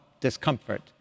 discomfort